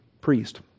priest